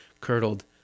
curdled